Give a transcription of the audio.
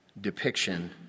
depiction